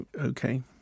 Okay